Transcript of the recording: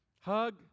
Hug